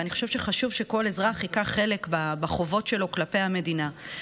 ואני חושבת שחשוב שכל אזרח ייקח חלק בחובות שלו כלפי המדינה,